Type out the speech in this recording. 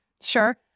Sure